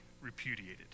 repudiated